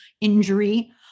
injury